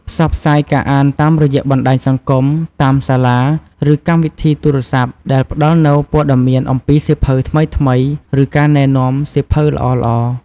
ផ្សព្វផ្សាយការអានតាមរយៈបណ្តាញសង្គម តាមសាលា ឬកម្មវិធីទូរស័ព្ទ ដែលផ្តល់នូវព័ត៌មានអំពីសៀវភៅថ្មីៗ ឬការណែនាំសៀវភៅល្អៗ។